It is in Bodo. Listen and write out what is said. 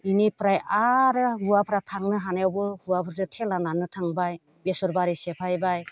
बेनिफ्राय आरो हौवाफ्रा थांनो हानायावबो हौवाफोरजों थेला नारनो थांबाय बेसर बारि सिफायबाय